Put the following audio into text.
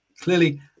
clearly